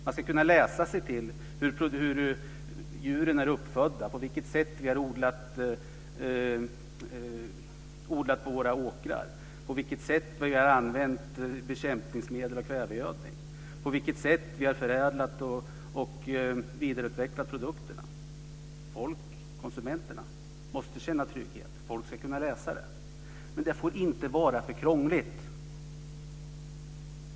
Man ska kunna läsa sig till hur djuren är uppfödda, på vilket sätt vi har odlat på våra åkrar, på vilket sätt vi har använt bekämpningsmedel och kvävegödning, på vilket sätt vi har förädlat och vidareutvecklat produkterna. Folk - konsumenterna - måste känna trygghet. Folk ska kunna läsa detta. Men det får inte vara för krångligt.